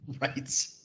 Right